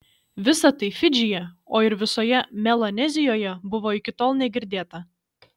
visa tai fidžyje o ir visoje melanezijoje buvo iki tol negirdėta